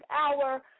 hour